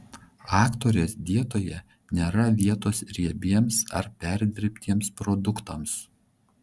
aktorės dietoje nėra vietos riebiems ar perdirbtiems produktams